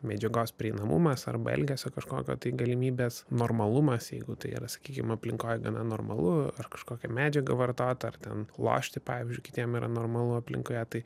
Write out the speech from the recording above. medžiagos prieinamumas arba elgesio kažkokio tai galimybės normalumas jeigu tai yra sakykim aplinkoj gana normalu ar kažkokia medžiaga vartota ar ten lošti pavyzdžiui kitiem yra normalu aplinkoje tai